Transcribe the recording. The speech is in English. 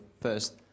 first